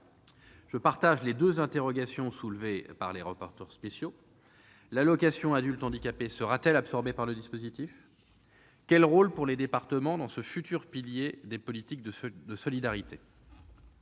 Je partage les deux interrogations soulevées par les rapporteurs spéciaux : l'AAH sera-t-elle absorbée par le dispositif ? Quel rôle pour les départements dans ce futur pilier des politiques de solidarité ?